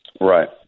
right